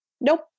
Nope